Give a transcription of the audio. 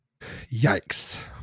yikes